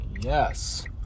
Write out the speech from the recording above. yes